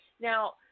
Now